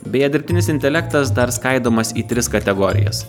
beje dirbtinis intelektas dar skaidomas į tris kategorijas